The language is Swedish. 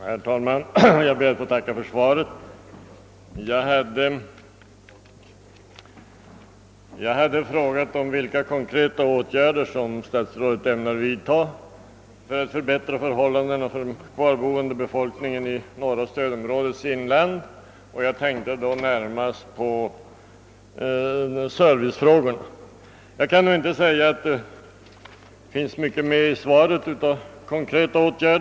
Herr talman! Jag ber att få tacka för svaret. Jag hade frågat vilka konkreta åtgärder statsrådet ämnar vidta för att förbättra förhållandena för den kvar-. boende befolkningen i norra stödområdets inland och tänkte då närmast på serviceproblemen. Tyvärr finns det inte mycket av konkreta åtgärder med i svaret.